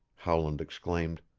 howland exclaimed.